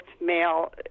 male